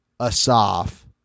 Asaf